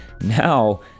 Now